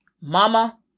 mama